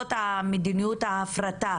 מהשלכות מדיניות ההפרטה